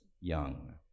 young